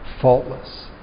faultless